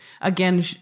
again